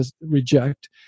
reject